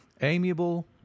amiable